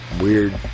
weird